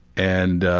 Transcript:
and ah,